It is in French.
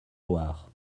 loire